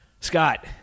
Scott